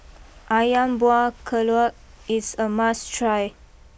Ayam Buah Keluak is a must try